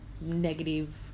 negative